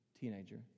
teenager